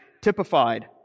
typified